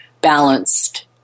balanced